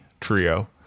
trio